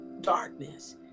darkness